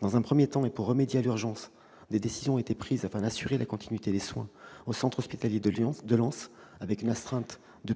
Dans un premier temps, et pour remédier à l'urgence, des décisions ont été prises afin d'assurer la continuité des soins au centre hospitalier de Lens avec une astreinte de